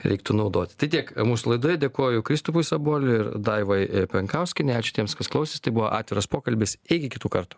reiktų naudot tai tiek mūsų laidoje dėkoju kristupui saboliui ir daivai penkauskienei ačiū tiems kas klausės tai buvo atviras pokalbis iki kitų kartų